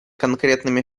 конкретными